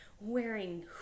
wearing